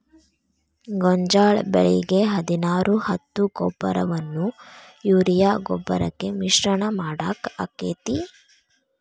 ಗೋಂಜಾಳ ಬೆಳಿಗೆ ಹದಿನಾರು ಹತ್ತು ಗೊಬ್ಬರವನ್ನು ಯೂರಿಯಾ ಗೊಬ್ಬರಕ್ಕೆ ಮಿಶ್ರಣ ಮಾಡಾಕ ಆಕ್ಕೆತಿ?